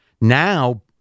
now